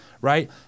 right